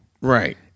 Right